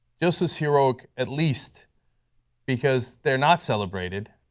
just as heroic at least because they are not celebrated.